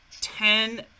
ten